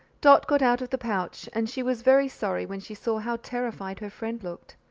dot got out of the pouch, and she was very sorry when she saw how terrified her friend looked.